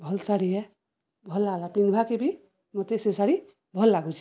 ଭଲ ଶାଢ଼ୀ ଭଲ ହେଲା ପିନ୍ଧିବାକୁ ବି ମୋତେ ସେ ଶାଢ଼ୀ ଭଲ ଲାଗୁଛି